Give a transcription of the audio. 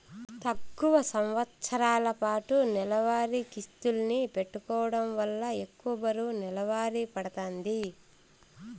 తక్కువ సంవస్తరాలపాటు నెలవారీ కిస్తుల్ని పెట్టుకోవడం వల్ల ఎక్కువ బరువు నెలవారీ పడతాంది